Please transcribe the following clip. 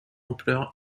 ampleur